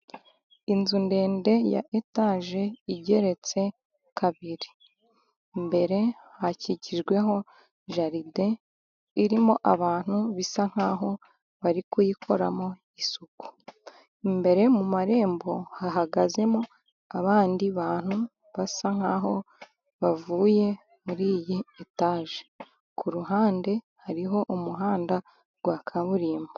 Inzu ndende ya etaje igeretse kabiri, imbere hakikijweho jaride, irimo abantu bisa nkaho bari kuyikoramo isuku ,imbere mu marembo hahagazemo abandi bantu basa nkaho bavuye muri iyi etaje, ku ruhande hariho umuhanda wa kaburimbo.